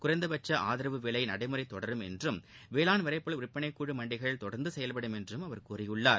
குறைந்தபட்ச ஆதார விலை நடைமுறை தொடரும் என்றும் வேளாண் விளைபொருள் விற்பனை குழு மண்டிகள் தொடர்ந்து செயல்படும் என்றும் அவர் கூறியுள்ளார்